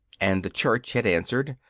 and the church had answered,